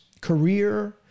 career